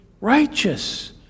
righteous